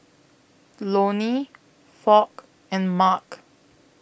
Lonny Foch and Mark